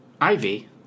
Ivy